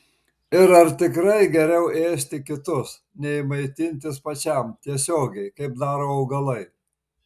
ir ar tikrai geriau ėsti kitus nei maitintis pačiam tiesiogiai kaip daro augalai